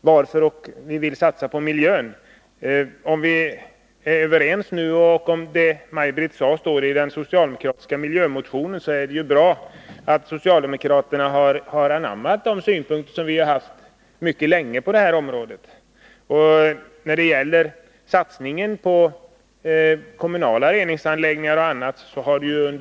varför vi vill satsa på miljön. Om vi är överens om målsättningen och om det som Maj Britt Theorin sade i sitt anförande står i den socialdemokratiska miljömotionen, så är det ju bra att socialdemokraterna har anammat de synpunkter på miljöområdet som centern har haft mycket länge. Det har ju under många år gjorts kraftiga satsningar på kommunala reningsanläggningar o. d.